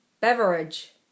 Beverage